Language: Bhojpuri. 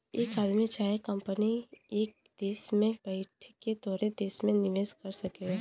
एक आदमी चाहे कंपनी एक देस में बैइठ के तोहरे देस मे निवेस कर सकेला